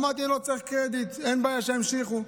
אמרתי: אני לא צריך קרדיט, אין בעיה, שימשיכו.